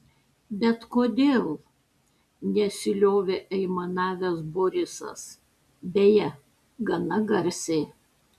bet kodėl nesiliovė aimanavęs borisas beje gana garsiai